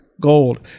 Gold